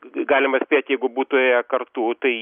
galima spėti jeigu būtų ėję kartų tai